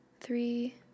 three